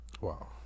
Wow